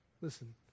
Listen